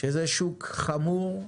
שזה שוק חמור,